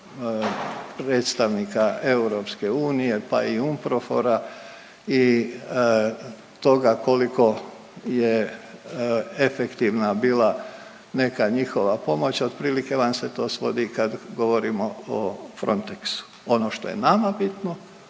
predstavnika EU, pa i UNPROFOR-a i toga koliko je efektivna bila neka njihova pomoć, otprilike vam se to svodi i kad govorimo o Frontexu. Ono što je nama bitno,